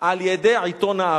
על-ידי עיתון "הארץ".